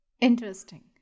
Interesting